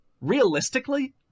realistically